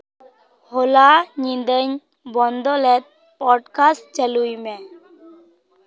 ᱦᱚᱞᱟ ᱧᱤᱫᱟᱹᱧ ᱵᱚᱱᱫᱚᱞᱮᱫ ᱯᱚᱴᱠᱟᱥᱴ ᱪᱟᱹᱞᱩᱭ ᱢᱮ